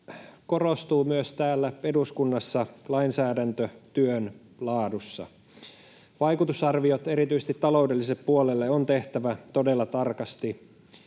korostuu myös täällä eduskunnassa lainsäädäntötyön laadussa. Vaikutusarviot erityisesti taloudelliselle puolelle on tehtävä todella tarkasti